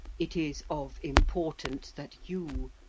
it is of importance that you,